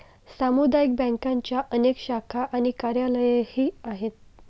सामुदायिक बँकांच्या अनेक शाखा आणि कार्यालयेही आहेत